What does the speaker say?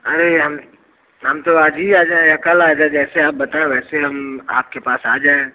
अरे हम हम तो आज ही आ जाएँ कल आ जाएँ जैसे आप बताएँ वैसे हम आपके पास आ जाएँ